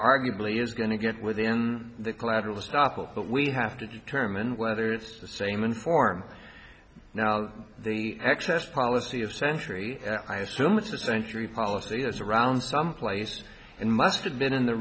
arguably is going to get within the collateral estoppel that we have to determine whether it's the same in form now the access policy of century i assume it's a century policy years around someplace and must have been in the